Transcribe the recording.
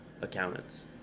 accountants